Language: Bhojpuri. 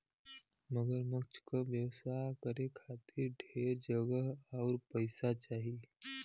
मगरमच्छ क व्यवसाय करे खातिर ढेर जगह आउर पइसा चाही